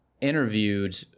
interviewed